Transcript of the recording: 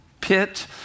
pit